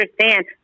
understand